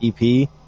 EP